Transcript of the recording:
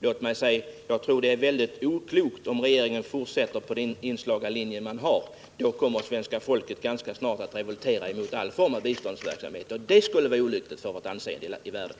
Låt mig säga att det vore mycket oklokt, om regeringen fortsätter på den inslagna vägen. Då kommer det svenska folket ganska snart att revoltera mot all form av biståndsverksamhet, och det skulle vara olyckligt för vårt anseende i världen.